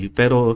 pero